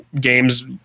games